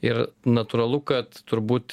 ir natūralu kad turbūt